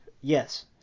Yes